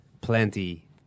plenty